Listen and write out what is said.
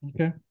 Okay